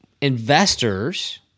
investors